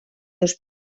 dos